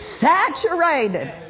saturated